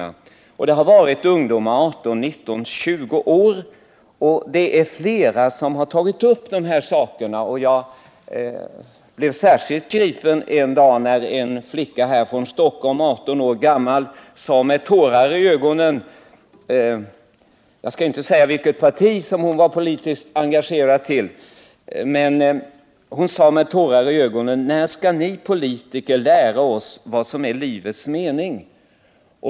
Många ungdomari 18-, 19 och 20-årsåldern har tagit upp dessa saker. Särskilt gripen blev jag när en 18-årig flicka härifrån Stockholm — jag skall inte ange vilket politiskt parti hon var engagerad i — med tårar i ögonen frågade: När skall ni politiker lära oss vad som är livets mening?